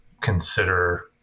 consider